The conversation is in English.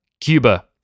Cuba